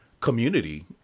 community